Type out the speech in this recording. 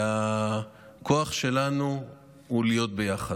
והכוח שלנו הוא להיות ביחד.